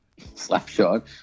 Slapshot